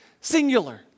singular